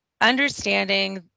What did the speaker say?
understanding